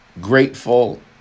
grateful